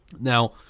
Now